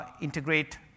integrate